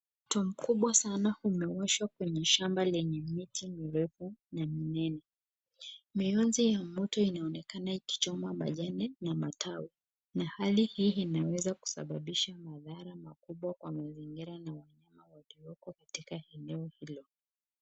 Moto mkubwa sana umewashwa kwenye shamba lenye miti mirefu na minene, mianzi ya moto inaonekana ikichoma majani na matawi na hali hii inaweza kusababisha madhara makubwa kwa mazingira na wanao walioko katika eneo hilo.